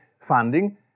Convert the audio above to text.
funding